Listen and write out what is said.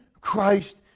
Christ